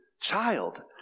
child